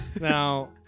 Now